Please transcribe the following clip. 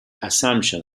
assumption